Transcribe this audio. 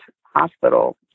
hospital